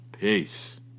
Peace